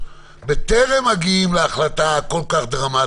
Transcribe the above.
ויורדת אחר כך ומורידה דברים,